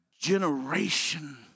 generation